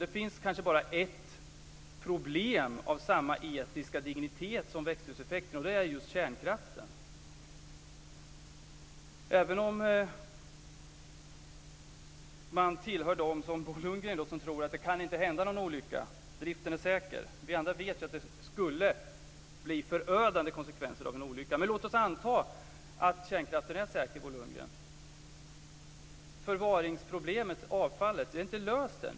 Det finns kanske bara ett problem av samma etiska dignitet som problemet med växthuseffekten, och det är just problemet med kärnkraften. Vissa tror, likt Bo Lundgren, att det inte kan hända någon olycka och att driften är säker. Vi andra vet att det skulle bli förödande konsekvenser av en olycka. Men låt oss anta att kärnkraften är säker, Bo är inte löst än.